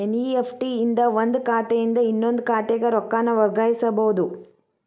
NEFT ಇಂದ ಒಂದ್ ಖಾತೆಯಿಂದ ಇನ್ನೊಂದ್ ಖಾತೆಗ ರೊಕ್ಕಾನ ವರ್ಗಾಯಿಸಬೋದು